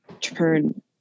turn